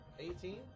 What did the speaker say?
18